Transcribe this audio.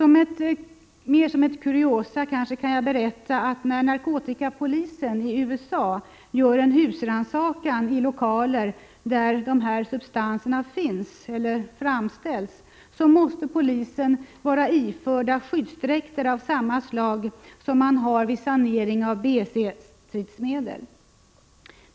Mera som ett kuriosum kan jag berätta att när narkotikapolisen i USA gör en husrannsakan i lokaler där dessa substanser finns eller framställs, så måste polisen vara iförd skyddsdräkter av samma slag som används vid sanering av BC-stridsmedel.